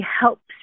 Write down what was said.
helps